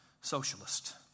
socialist